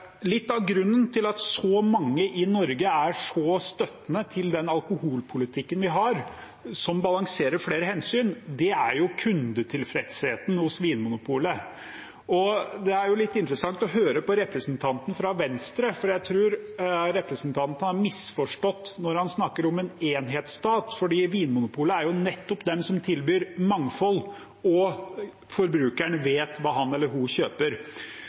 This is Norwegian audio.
Litt av grunnen til at så mange i Norge er så støttende til den alkoholpolitikken vi har, som balanserer flere hensyn, er kundetilfredsheten hos Vinmonopolet. Det er litt interessant å høre på representanten fra Venstre, for jeg tror representanten har misforstått når han snakker om en enhetsstat, for Vinmonopolet er jo nettopp de som tilbyr mangfold, og forbrukeren vet hva han eller hun kjøper.